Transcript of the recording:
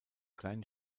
kleinen